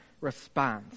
response